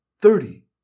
Thirty